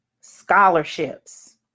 scholarships